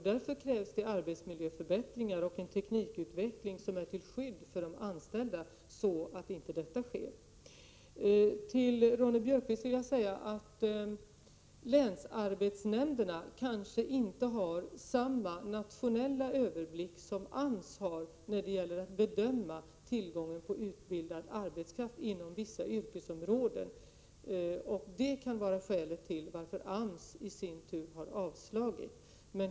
Därför krävs det arbetsmiljöförbättringar och en teknikutveckling som är till skydd för de anställda, så att sådant här kan undvikas. Till Ingrid Ronne-Björkqvist vill jag säga att länsarbetsnämnderna kanske inte har samma nationella överblick som AMS har när det gäller att bedöma tillgången på utbildad arbetskraft inom vissa yrkesområden. Det kan vara skälet till att AMS i sin tur har avslagit.